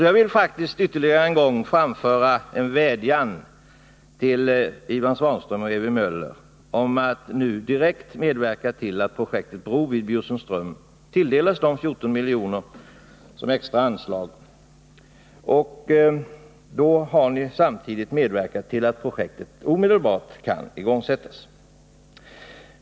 Jag vill ytterligare en gång framföra en vädjan till Ivan Svanström och Ewy Möller om att nu direkt medverka till att projektet Bro vid Bjursundsström tilldelas 14 miljoner som ett extra anslag. Då har ni samtidigt medverkat till att projektet omedelbart kan igångsättas.